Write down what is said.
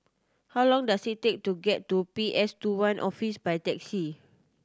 how long does it take to get to P S Two One Office by taxi